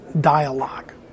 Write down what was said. dialogue